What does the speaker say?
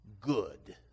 good